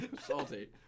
Salty